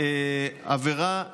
עבירה קלה,